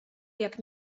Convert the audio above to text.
jak